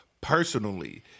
personally